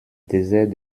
désert